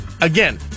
again